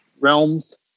realms